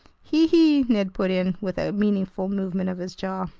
hee hee! ned put in, with a meaningful movement of his jaws.